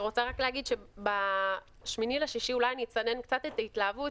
אני רוצה להגיד שב-8.6 אולי אני אצנן קצת את ההתלהבות